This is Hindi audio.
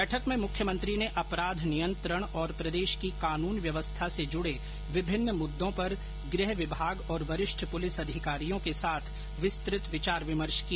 बैठक में मुख्यमंत्री ने अपराध नियंत्रण और प्रदेश की कानून व्यवस्था से जुड़े विभिन्न मुद्दों पर गृह विभाग और वरिष्ठ पुलिस अधिकारियों के साथ विस्तृत विचार विमर्श किया